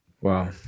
Wow